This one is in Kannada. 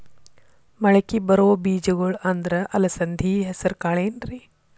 ಮಳಕಿ ಬರೋ ಬೇಜಗೊಳ್ ಅಂದ್ರ ಅಲಸಂಧಿ, ಹೆಸರ್ ಕಾಳ್ ಏನ್ರಿ?